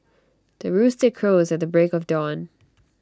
the rooster crows at the break of dawn